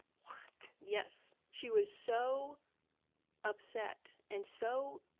what? yes. she was so upset and so